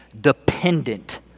dependent